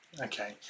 okay